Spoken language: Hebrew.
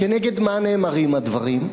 כנגד מה נאמרים הדברים?